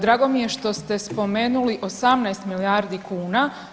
Drago mi je što ste spomenuli 18 milijardi kuna.